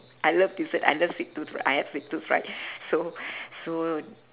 I love dessert I love sweet tooth I have sweet tooth right so so